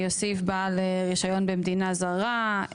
יוסיף: "בעל רישיון במדינה זרה",